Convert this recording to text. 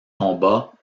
combat